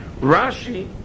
Rashi